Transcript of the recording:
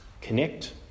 connect